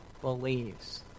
believes